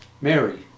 Mary